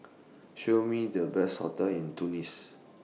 Show Me The Best hotels in Tunis